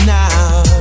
now